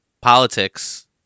politics